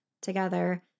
together